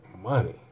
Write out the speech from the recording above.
money